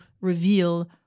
reveal